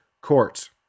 courts